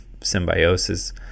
symbiosis